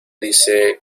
dice